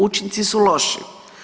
Učinci su loši.